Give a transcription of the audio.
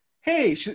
Hey